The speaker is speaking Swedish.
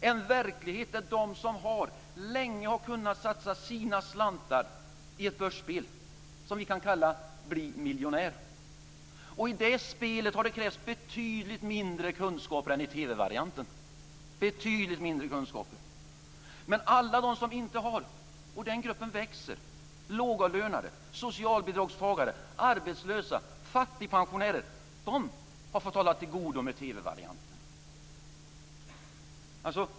Det är en verklighet där de som har länge har kunnat satsa sina slantar i ett börsspel som vi kan kalla Bli miljonär. Och i det spelet har det krävts betydligt mindre kunskaper än i TV-varianten. Men alla de som inte har - och den gruppen växer; lågavlönade, socialbidragstagare, arbetslösa, fattigpensionärer - har fått hålla till godo med TV-varianten.